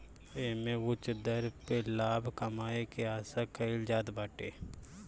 एमे उच्च दर पे लाभ कमाए के आशा कईल जात बाटे